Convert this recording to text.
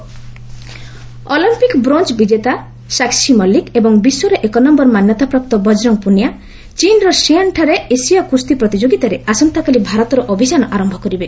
wrestling Olympic bronze ବିଜେତା ସାଖି ମଲ୍ଲିକ୍ ଏବଂ ବିଶ୍ୱର ଏକ ନୟର ମାନ୍ୟତାପ୍ରାପ୍ତ ବକରଙ୍ଗ ପୁନିଆ ଚୀନ୍ର ସିଆନ୍ ଠାରେ ଏସୀୟ କୁସ୍ତି ପ୍ରତିଯୋଗିତାରେ ଆସନ୍ତାକାଲି ଭାରତର ଅଭିଯାନ ଆରମ୍ଭ କରିବ